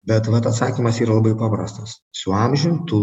bet vat atsakymas yra labai paprastas su amžium tu